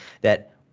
that-